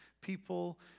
People